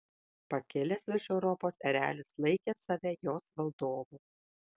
pakilęs virš europos erelis laikė save jos valdovu